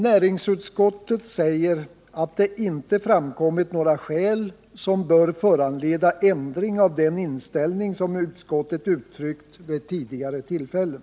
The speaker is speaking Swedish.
Näringsutskottet säger att det inte framkommit några skäl som bör föranleda ändring av den inställning som utskottet har uttryckt vid tidigare tillfällen.